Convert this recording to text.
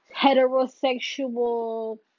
heterosexual